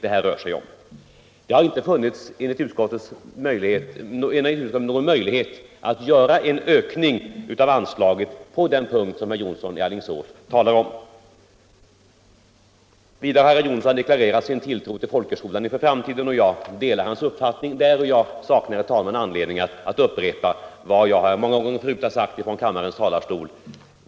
Enligt utskottets mening har det inte funnits någon möjlighet att öka anslaget på den punkten som herr Jonsson har talat om. Vidare har herr Jonsson deklarerat sin tilltro till folkhögskolan inför framtiden, och jag delar hans uppfattning där. Jag saknar anledning att upprepa vad jag många gånger förut har sagt från kammarens talarstol.